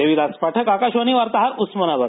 देविदास पाठक आकाशवाणी वार्ताहर उस्मानाबाद